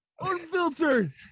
unfiltered